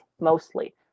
mostly